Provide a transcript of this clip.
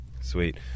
Sweet